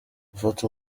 gufata